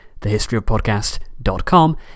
thehistoryofpodcast.com